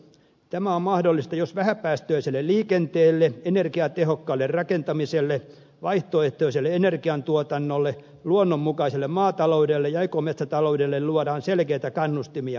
tämä on mahdollista jos vähäpäästöiselle liikenteelle energiatehokkaalle rakentamiselle vaihtoehtoiselle energiantuotannolle luonnonmukaiselle maataloudelle ja ekometsätaloudelle luodaan selkeitä kannustimia